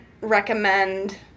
recommend